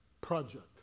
project